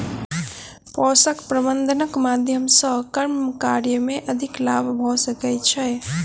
पोषक प्रबंधनक माध्यम सॅ कम कार्य मे अधिक लाभ भ सकै छै